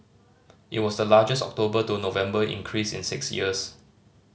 it was the largest October to November increase in six years